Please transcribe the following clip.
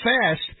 fast